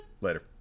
Later